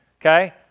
okay